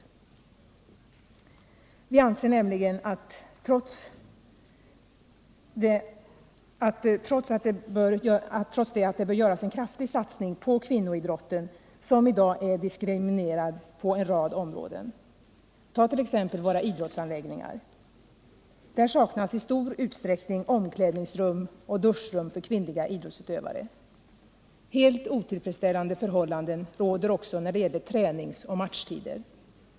Vi anser nämligen att det bör göras en kraftig satsning på kvinnoidrotten, som i dag är diskriminerad på en rad områden. Ta t.ex. våra idrottsanläggningar! Där saknas i stor utsträckning omklädningsrum och duschrum för kvinnliga idrottsutövare. Helt otillfredsställande förhållanden råder också när det gäller träningsoch matchtider.